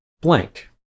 blank